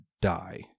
die